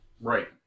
Right